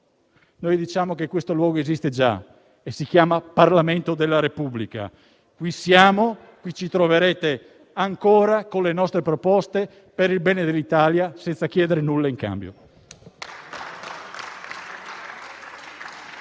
noi diciamo che questo luogo esiste già e si chiama Parlamento della Repubblica. Qui siamo, qui ci troverete ancora con le nostre proposte per il bene dell'Italia, senza chiedere nulla in cambio.